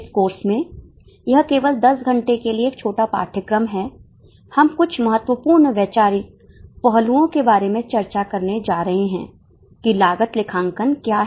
इस कोर्स में यह केवल 10 घंटे के लिए एक छोटा पाठ्यक्रम है हम कुछ महत्वपूर्ण वैचारिक पहलुओं के बारे में चर्चा करने जा रहे हैं कि लागत लेखांकन क्या है